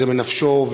זה בנפשו,